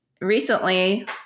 recently